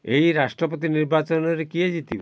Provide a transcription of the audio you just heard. ଏହି ରାଷ୍ଟ୍ରପତି ନିର୍ବାଚନରେ କିଏ ଜିତିବ